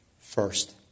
first